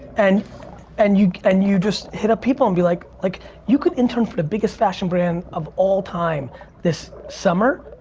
and and you and you just hit up people and be like, like you could intern for the biggest fashion brand of all time this summer,